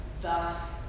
thus